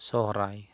ᱥᱚᱨᱦᱟᱭ